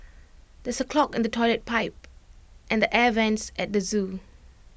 there is A clog in the Toilet Pipe and the air Vents at the Zoo